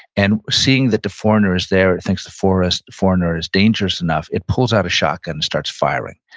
and seeing that the foreigner is there, it thinks the foreigner foreigner is dangerous enough, it pulls out a shotgun and starts firing.